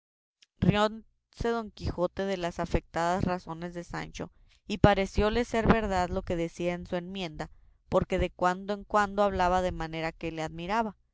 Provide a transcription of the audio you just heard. rióse don quijote de las afectadas razones de sancho y parecióle ser verdad lo que decía de su emienda porque de cuando en cuando hablaba de manera que le admiraba